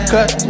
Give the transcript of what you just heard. Cut